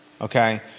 Okay